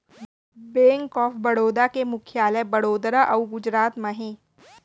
bank of Baroda के मुख्यालय बड़ोदरा अउ गुजरात म हे